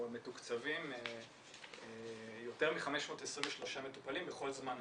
מתוקצבים יותר מ-523 מטופלים בכל זמן נתון.